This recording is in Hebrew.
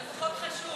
אבל החוק חשוב.